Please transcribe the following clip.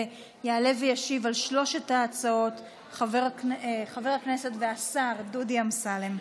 יעלה וישיב על שלוש ההצעות חבר הכנסת והשר דודי אמסלם.